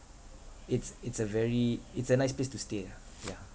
it's it's a very it's a nice place to stay ah yeah